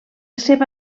seva